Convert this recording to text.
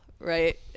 right